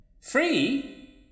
Free